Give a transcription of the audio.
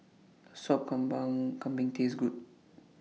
Does Sop Kambing Taste Good